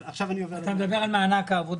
אתה מדבר על מענק העבודה?